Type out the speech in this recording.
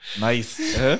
nice